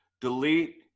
delete